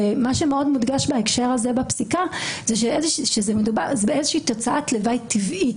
מה שמאוד מודגש בהקשר הזה בפסיקה זה שמדובר באיזושהי תוצאת לוואי טבעית.